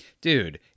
Dude